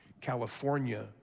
California